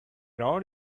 rod